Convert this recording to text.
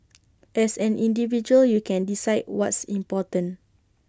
as an individual you can decide what's important